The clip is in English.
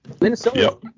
Minnesota